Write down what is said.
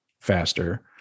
faster